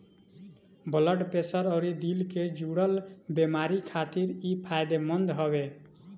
blood pressure अउरी दिल से जुड़ल बेमारी खातिर इ फायदेमंद हवे